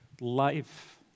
life